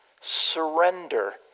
Surrender